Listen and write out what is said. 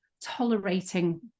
tolerating